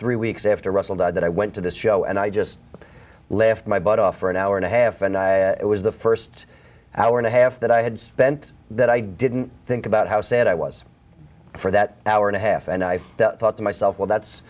three weeks after russell died that i went to the show and i just left my butt off for an hour and a half and it was the st hour and a half that i had spent that i didn't think about how sad i was for that hour and a half and i thought to myself well that's